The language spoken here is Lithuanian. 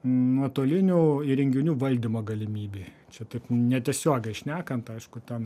nuotolinių įrenginių valdymo galimybei čia taip netiesiogiai šnekant aišku ten